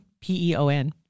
P-E-O-N